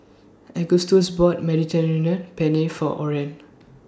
Agustus bought Mediterranean Penne For Orren